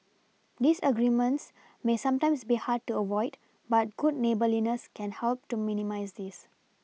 disagreements may sometimes be hard to avoid but good neighbourliness can help to minimise this